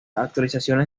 actualizaciones